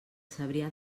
cebrià